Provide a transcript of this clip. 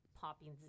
popping